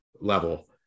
level